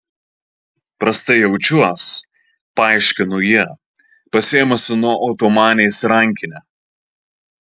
prastai jaučiuos paaiškino ji pasiėmusi nuo otomanės rankinę